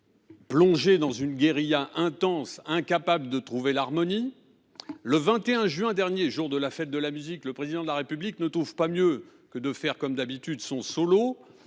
plongé dans une guérilla intense, est incapable de trouver l’harmonie. Mais, le 21 juin dernier, jour de la fête de la musique, le Président de la République n’a pas trouvé mieux que d’entamer, comme d’habitude, un solo